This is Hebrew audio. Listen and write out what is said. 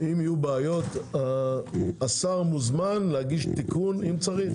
אם יהיו בעיות השר מוזמן להגיש תיקון אם צריך,